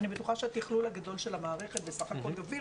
ואני בטוחה שהתכלול הגדול של המערכת בסך הכול יוביל